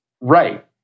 Right